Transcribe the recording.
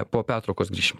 po pertraukos grįšim